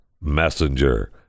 Messenger